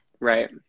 Right